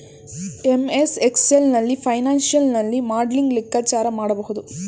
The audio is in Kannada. ಎಂ.ಎಸ್ ಎಕ್ಸೆಲ್ ನಲ್ಲಿ ಫೈನಾನ್ಸಿಯಲ್ ನಲ್ಲಿ ಮಾಡ್ಲಿಂಗ್ ಲೆಕ್ಕಾಚಾರ ಮಾಡಬಹುದು